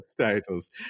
titles